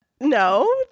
no